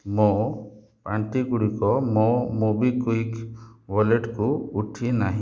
ମୋ ପାଣ୍ଠିଗୁଡ଼ିକ ମୋ ମୋବିକ୍ୱିକ୍ ଓ୍ୱାଲେଟ୍କୁ ଉଠି ନାହିଁ